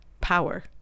power